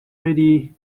ready